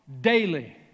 daily